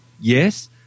yes